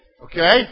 Okay